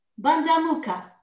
Bandamuka